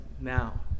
now